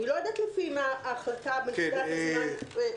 אני לא יודעת לפי מה ההחלטה בנקודת הזמן נתקבלה כך.